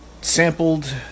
sampled